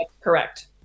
Correct